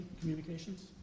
communications